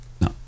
No